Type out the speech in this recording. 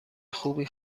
خوبی